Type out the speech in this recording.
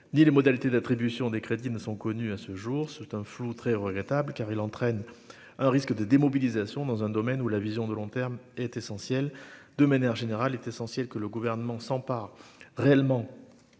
ni les modalités d'attribution des crédits ne sont connus à ce jour, c'est un flou très regrettable car il entraîne un risque de démobilisation dans un domaine où la vision de long terme est essentiel de manière générale, est essentiel que le gouvernement s'empare réellement